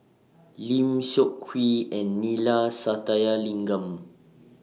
Lim Seok Hui and Neila Sathyalingam